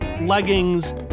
leggings